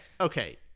okay